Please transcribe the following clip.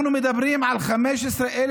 אנחנו מדברים על 15,000